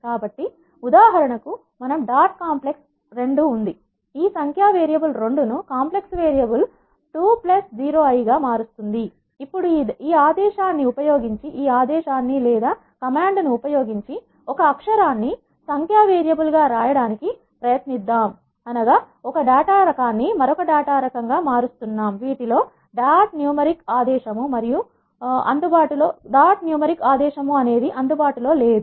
కాబట్టి ఉదాహరణకు మనకు డాట్ కాంప్లెక్స్ 2 ఉంది ఈ సంఖ్య వేరియబుల్ 2 ను కాంప్లెక్స్ వేరియబుల్ 20i గా మారుస్తుంది ఇప్పుడు ఈ ఆదేశాన్ని ఉపయోగించి ఒక అక్షరాన్ని సంఖ్య వేరియబుల్ గా రాయడానికి ప్రయత్నిద్దాం వీటిలో డాట్ న్యూమరిక్ ఆదేశము మనకు అందుబాటులో లేదు